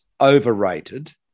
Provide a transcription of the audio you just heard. overrated